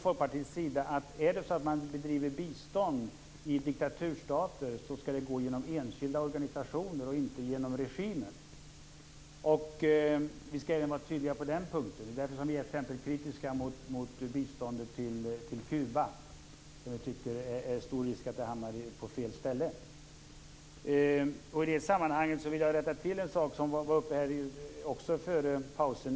Folkpartiet menar att bistånd till diktaturstater skall gå genom enskilda organisationer och inte genom regimen. Vi skall vara tydliga även på den punkten. Det är därför vi är kritiska mot biståndet till exempelvis Kuba. Det är stor risk att biståndet där hamnar på fel ställe. I det sammanhanget vill jag rätta till en sak som nämndes före pausen.